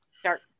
start